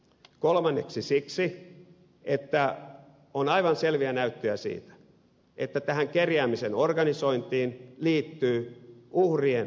kolmanneksi siksi että on aivan selviä näyttöjä siitä että tähän kerjäämisen organisointiin liittyy uhrien eli näiden kerjääjien rikollista hyväksikäyttöä